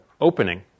opening